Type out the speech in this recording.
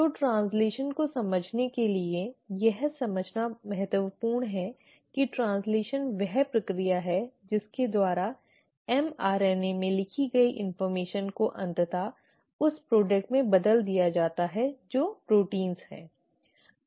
तो ट्रैन्स्लैशन को समझने के लिए यह समझना महत्वपूर्ण है कि ट्रैन्स्लैशन वह प्रक्रिया है जिसके द्वारा mRNA में लिखी गई जानकारी को अंततः उस उत्पाद में बदल दिया जाता है जो प्रोटीन हैं